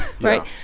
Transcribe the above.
right